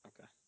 okay